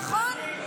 נכון?